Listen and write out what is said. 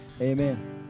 Amen